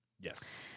Yes